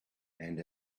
and